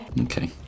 Okay